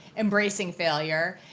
embracing failure,